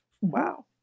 Wow